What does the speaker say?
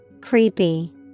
Creepy